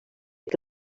que